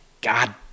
God